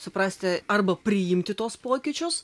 suprasti arba priimti tuos pokyčius